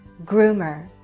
groomer.